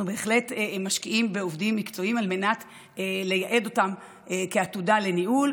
אנחנו בהחלט משקיעים בעובדים מקצועיים כדי לייעד אותם לעתודה לניהול.